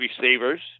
receivers